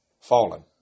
fallen